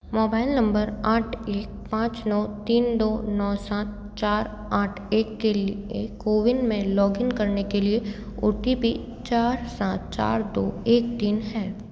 mobile number आठ एक पाँच नौ तीन दो नौ सात चार आठ एक के लिए कोविन में लॉगइन करने के लिए ओ टी पी चार सात चार दो एक तीन है